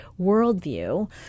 worldview